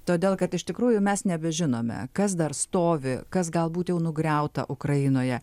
todėl kad iš tikrųjų mes nebežinome kas dar stovi kas galbūt jau nugriauta ukrainoje